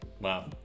Wow